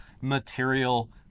material